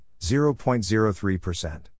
0.03%